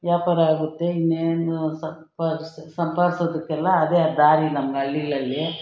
ವ್ಯಾಪಾರ ಆಗುತ್ತೆ ಇನ್ನೇನು ಸಂಪಾದಿಸೋ ಸಂಪಾದಿಸೋದಕ್ಕೆಲ್ಲ ಅದೇ ದಾರಿ ನಮ್ಗೆ ಹಳ್ಳಿಗಳಲ್ಲಿ